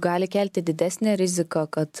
gali kelti didesnę riziką kad